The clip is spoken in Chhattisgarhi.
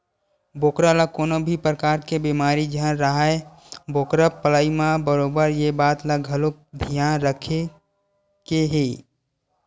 बोकरा ल कोनो भी परकार के बेमारी झन राहय बोकरा पलई म बरोबर ये बात ल घलोक धियान रखे के हे